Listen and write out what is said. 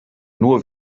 nur